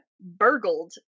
burgled